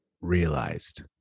realized